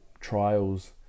trials